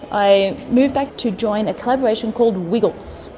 i moved back to join a collaboration called wigglez,